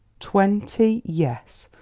twenty yes,